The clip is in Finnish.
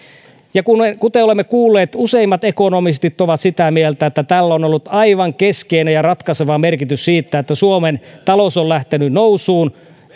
kuten olemme kuulleet useimmat ekonomistit ovat sitä mieltä että tällä on ollut aivan keskeinen ja ratkaiseva merkitys sille että suomen talous on lähtenyt nousuun